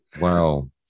Wow